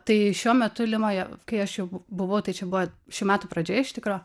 tai šiuo metu limoje kai aš jau buvau tai čia buvo šių metų pradžioje iš tikro